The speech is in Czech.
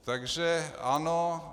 Takže ano.